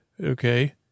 Okay